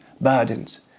burdens